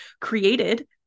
created